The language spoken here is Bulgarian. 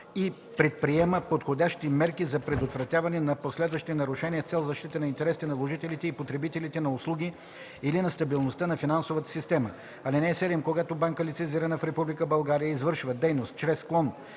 и предприема подходящи мерки за предотвратяване на последващи нарушения с цел защита на интересите на вложителите и потребителите на услуги или на стабилността на финансовата система. (7) Когато банка, лицензирана в Република България, извършва дейност чрез клон